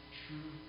true